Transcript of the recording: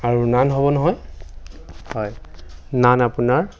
আৰু নান হ'ব নহয় হয় নান আপোনাৰ